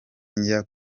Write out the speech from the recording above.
njya